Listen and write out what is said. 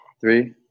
three